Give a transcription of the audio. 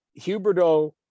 Huberto